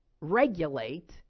regulate